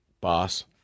boss